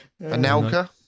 Anelka